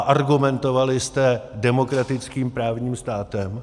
Argumentovali jste demokratickým právním státem.